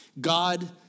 God